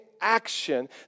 action